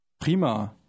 Prima